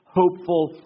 hopeful